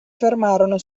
fermarono